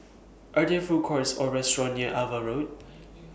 Are There Food Courts Or restaurants near AVA Road